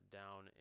down